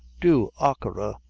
do, achora,